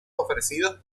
ofrecidos